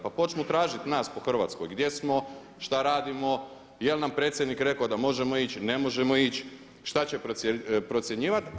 Pa počnu tražiti nas po Hrvatskoj gdje smo, šta radimo, je li nam predsjednik rekao da možemo ići, ne možemo ići, šta će procjenjivati.